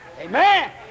Amen